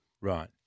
Right